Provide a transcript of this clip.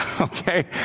okay